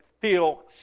feel